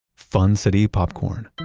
fun city popcorn